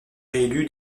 réélu